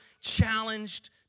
challenged